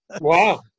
Wow